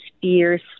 fierce